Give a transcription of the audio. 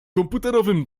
komputerowym